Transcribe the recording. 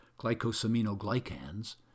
glycosaminoglycans